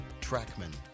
Trackman